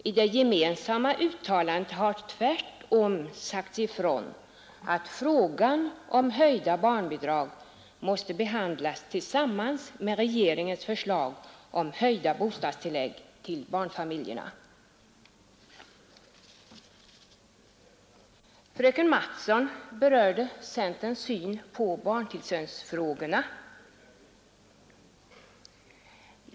I det gemensamma uttalandet har tvärtom sagts ifrån att frågan om höjda barnbidrag måste behandlas tillsammans med regeringens förslag om höjda bostadstillägg till barnfamiljerna. Fröken Mattson berörde centerns syn på barntillsynsfrågorna.